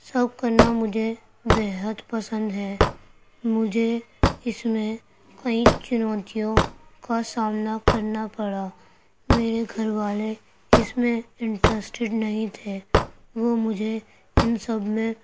سب کرنا مجھے بیحد پسند ہے مجھے اس میں کئی چنوتیوں کا سامنا کرنا پڑا میرے گھر والے اس میں انٹریسٹڈ نہیں تھے وہ مجھے ان سب میں